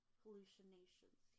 hallucinations